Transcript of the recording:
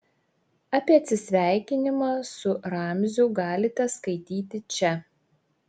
apie atsisveikinimą su ramziu galite skaityti čia